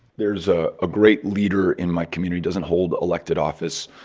there is a ah great leader in my community doesn't hold elected office,